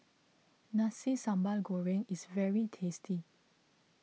Nasi Sambal Goreng is very tasty